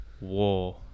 war